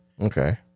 Okay